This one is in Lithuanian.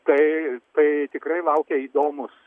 tai tai tikrai laukia įdomūs